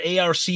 ARC